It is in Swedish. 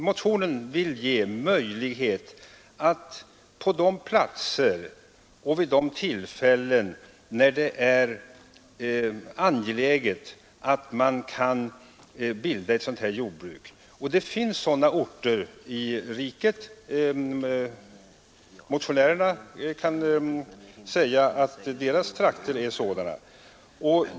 Motionen vill ge möjlighet att bilda sådana här jordbruk på de platser där det vid skilda tillfällen är angeläget. Motionärerna kan säga att deras trakter är sådana.